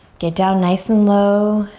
get down nice and low